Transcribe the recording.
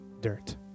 dirt